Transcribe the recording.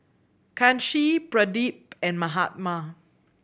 Kanshi Pradip and Mahatma